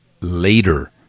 later